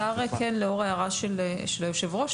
לאור ההערה של יושב הראש,